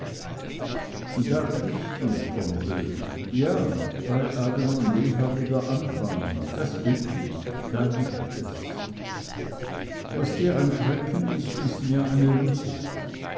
da triffst du's onkel ja bei adam und eva wieder anfangen das will ich da liegt es was dir ein schrecken ist ist mir eine lust